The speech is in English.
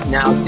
Now